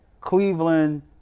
Cleveland